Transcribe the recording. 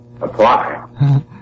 Apply